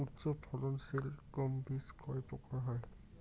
উচ্চ ফলন সিল গম বীজ কয় প্রকার হয়?